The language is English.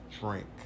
drink